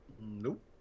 Nope